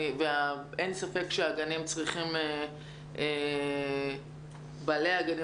ואין ספק שצריך להתייחס לבעלי הגנים